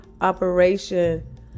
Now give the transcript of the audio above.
operation